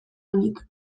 onik